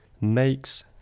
makes